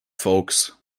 folks